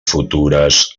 futures